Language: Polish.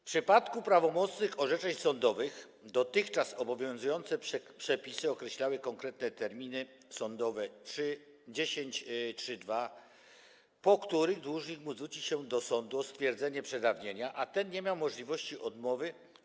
W przypadku prawomocnych orzeczeń sądowych dotychczas obowiązujące przepisy określały konkretne terminy sądowe, 10 czy 2, po których dłużnik mógł zwrócić się do sądu o stwierdzenie przedawnienia, a ten nie miał możliwości odmowy.